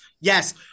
Yes